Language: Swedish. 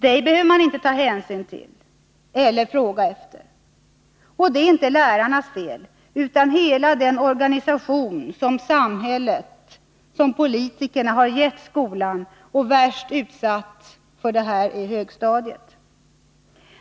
Dig behöver man inte ta hänsyn till eller fråga efter. Och det är inte lärarens fel utan hela den organisations fel som samhället, politikerna, har gett skolan. Värst utsatt för detta är högstadiet.